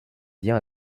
lien